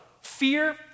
fear